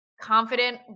confident